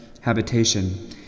habitation